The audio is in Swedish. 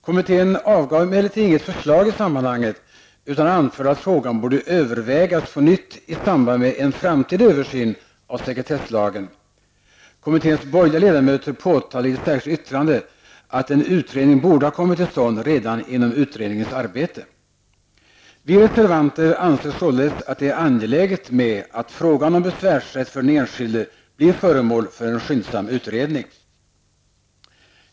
Kommittén avgav emellertid inget förslag i sammanhanget utan anförde att frågan borde övervägas på nytt i samband med en framtida översyn av sekretsslagen. Kommitténs borgerliga ledamöter påtalade i ett särskilt yttrande att en utredning borde ha kommit till stånd redan inom utredningens arbete. Vi reservanter anser således att det är angeläget att frågan om besvärsrätt för den enskilde blir föremål för en skyndsam utredning.